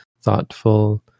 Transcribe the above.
thoughtful